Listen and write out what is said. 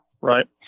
right